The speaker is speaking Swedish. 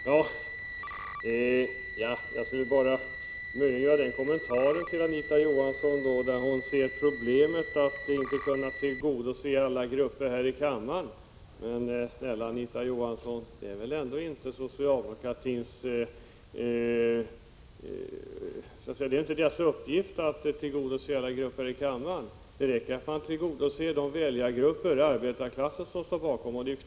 Herr talman! Jag skulle bara vilja göra en kommentar till Anita Johanssons yttrande att hon ser som ett problem att inte kunna tillgodose alla grupper i kammaren. Men snälla Anita Johansson, det är väl inte socialdemokratins uppgift att tillgodose alla grupper här i kammaren. Det räcker att tillgodose de väljargrupper, arbetarklassen, som står bakom partiet.